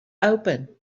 open